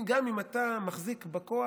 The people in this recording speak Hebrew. גם אם אתה מחזיק בכוח,